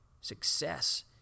Success